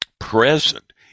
Present